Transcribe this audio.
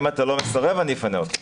אם אתה לא מסרב אני אפנה אותך.